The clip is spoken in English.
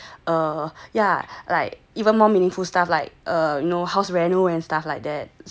like uh even more meaningful stuff like house reno and stuff like that